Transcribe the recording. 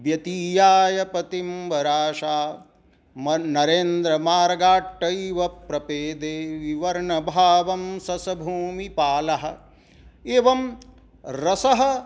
व्यतीयाय पतिंवरा सा मन् नरेन्द्रमार्गाटैव प्रपेदे विवर्णभावं ससभूमिपालः एवं रसः